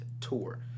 Tour